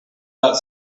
that